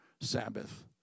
Sabbath